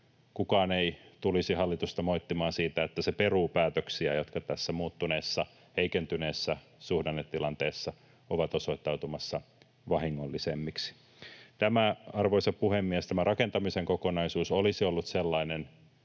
Kukaan ei tulisi hallitusta moittimaan siitä, että se peruu päätöksiä, jotka tässä muuttuneessa, heikentyneessä suhdannetilanteessa ovat osoittautumassa vahingollisemmiksi. Arvoisa puhemies! Tämä rakentamisen kokonaisuus olisi ollut sellainen,